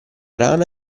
rana